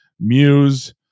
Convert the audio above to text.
muse